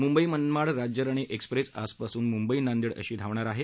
Mumbai Manmad Rajyarani express आजपासून मुंबई नांदेड अशी धावणार आहे